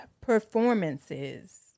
performances